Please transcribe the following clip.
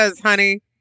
honey